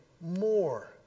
more